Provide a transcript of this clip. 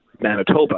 Manitoba